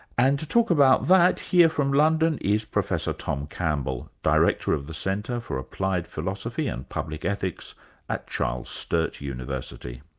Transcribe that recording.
and to talk about that, here from london is professor tom campbell, director of the centre for applied philosophy and public ethics at charles sturt university.